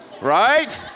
right